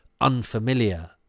unfamiliar